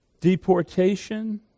Deportation